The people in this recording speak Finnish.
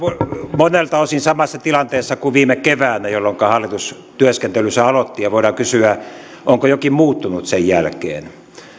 monelta osin samassa tilanteessa kuin viime keväänä jolloinka hallitus työskentelynsä aloitti ja voidaan kysyä onko jokin muuttunut sen jälkeen on